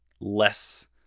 less